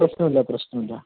പ്രശ്നം ഇല്ല പ്രശ്നം ഇല്ല